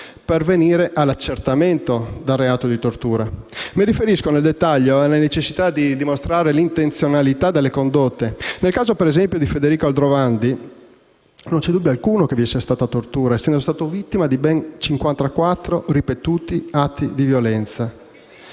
pervenire all'accertamento del reato di tortura. Mi riferisco nel dettaglio alla necessità di dimostrare l'intenzionalità delle condotte. Nel caso, per esempio, di Federico Aldrovandi, non c'è dubbio alcuno che vi sia stata tortura, essendo stato vittima di ben 54 ripetuti atti di violenza.